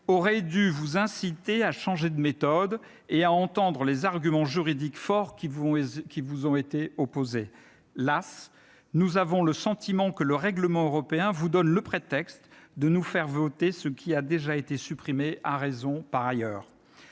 aurait dû vous inciter à changer de méthode et à entendre les arguments juridiques forts qui vous ont été opposés. Las ! Nous avons le sentiment que le règlement européen vous donne un prétexte pour nous faire voter ce qui par ailleurs, et à raison, a